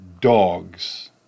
dogs